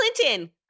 Clinton